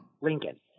Lincoln